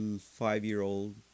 five-year-old